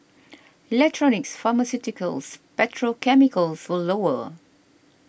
electronics pharmaceuticals petrochemicals were lower